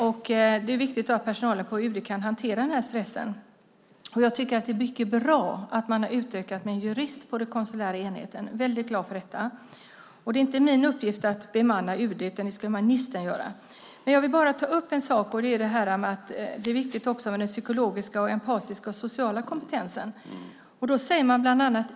Det är viktigt att personalen på UD kan hantera den här stressen. Det är mycket bra att man har utökat med en jurist på den konsulära enheten. Jag är väldigt glad för detta. Det är inte min uppgift att bemanna UD, utan det ska ministern göra. Men jag vill ta upp att det är viktigt med den psykologiska, empatiska och sociala kompetensen.